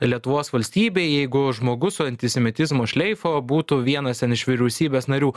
lietuvos valstybei jeigu žmogus su antisemitizmo šleifo būtų vienas ten iš vyriausybės narių